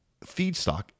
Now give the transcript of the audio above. feedstock